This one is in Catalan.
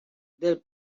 del